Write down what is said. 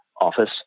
office